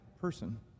person